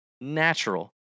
natural